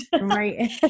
Right